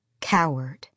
coward